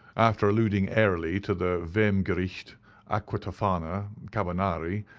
after alluding airily to the vehmgericht, aqua tofana carbonari,